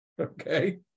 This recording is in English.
Okay